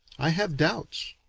i have doubts.